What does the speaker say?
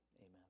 amen